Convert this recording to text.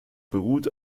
beruht